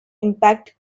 impact